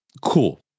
Cool